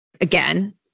again